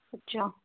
ਅੱਛਾ